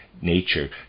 nature